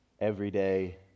everyday